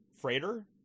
freighter